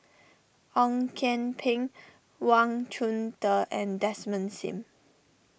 Ong Kian Peng Wang Chunde and Desmond Sim